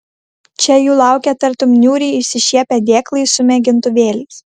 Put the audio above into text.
čia jų laukė tartum niūriai išsišiepę dėklai su mėgintuvėliais